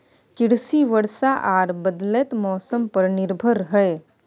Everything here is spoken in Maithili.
कृषि वर्षा आर बदलयत मौसम पर निर्भर हय